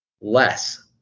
less